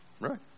right